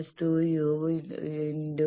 u²v²−2u−2